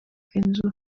inzu